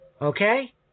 Okay